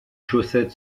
chaussettes